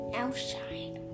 outside